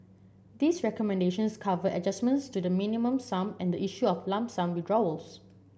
these recommendations cover adjustments to the Minimum Sum and the issue of lump sum withdrawals